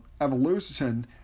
Evolution